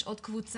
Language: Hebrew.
יש עוד קבוצה,